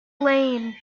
lane